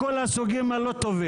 מלא, מלא מכל הסוגים הלא טובים.